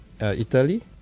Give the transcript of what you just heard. Italy